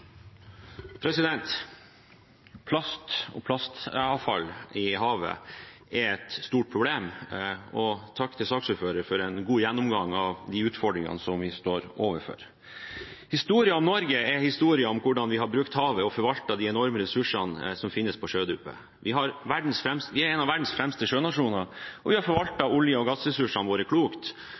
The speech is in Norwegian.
Plast og plastavfall i havet er et stort problem. Takk til saksordføreren for en god gjennomgang av de utfordringene vi står overfor. Historien om Norge er historien om hvordan vi har brukt havet og forvaltet de enorme ressursene som finnes på sjødypet. Vi er en av verdens fremste sjønasjoner, vi har forvaltet olje- og gassressursene våre klokt,